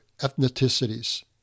ethnicities